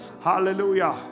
Hallelujah